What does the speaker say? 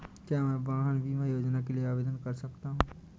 क्या मैं वाहन बीमा योजना के लिए आवेदन कर सकता हूँ?